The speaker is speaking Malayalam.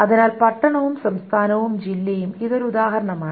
അതിനാൽ പട്ടണവും സംസ്ഥാനവും ജില്ലയും ഇത് ഒരു ഉദാഹരണമാണ്